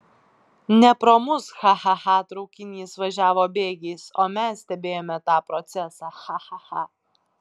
ne pro mus cha cha cha traukinys važiavo bėgiais o mes stebėjome tą procesą cha cha cha